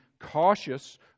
cautious